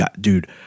dude